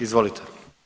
Izvolite.